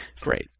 great